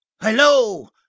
Hello